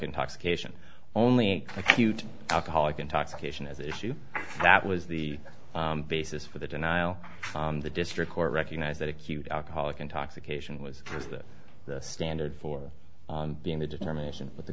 intoxication only acute alcoholic intoxication as issue that was the basis for the denial the district court recognized that acute alcoholic intoxication was the standard for being the determination that the